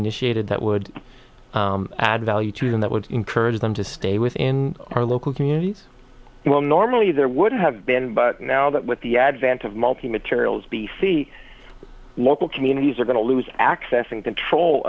initiated that would add value to them that would encourage them to stay within our local communities well normally there would have been but now that with the advent of multi materials b c local communities are going to lose access and control